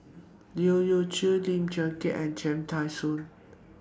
Leu Yew Chye Lim Leong Geok and Cham Tao Soon